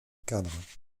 cadres